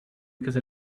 because